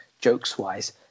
jokes-wise